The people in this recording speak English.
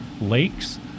lakes